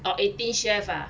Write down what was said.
orh Eighteen Chefs ah